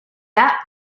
that